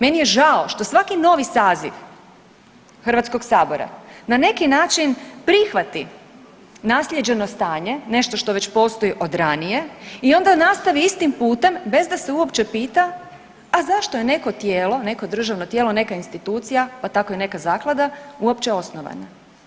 Meni je žao što svaki novi saziv Hrvatskog sabora na neki način prihvati naslijeđeno stanje, nešto što već postoji od ranije i onda nastavi istim putem bez da se uopće pita, a zašto je neko tijelo, neko državno tijelo, neka institucija pa tako i neka zaklada uopće osnovana.